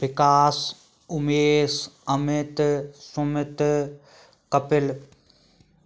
Vikas Umesh Amit Sumit Kapil